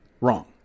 Wrong